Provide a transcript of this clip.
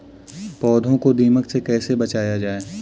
पौधों को दीमक से कैसे बचाया जाय?